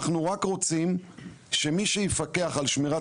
אנחנו רק רוצים שמי שיפקח על שמירת